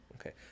Okay